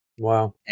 wow